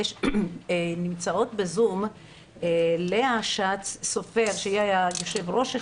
נמצאות בזום לאה שץ סופר, שהיא היו"ר של